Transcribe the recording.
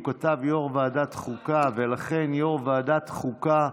הוא כתב: יו"ר ועדת חוקה, ולכן, יו"ר ועדת חוקה,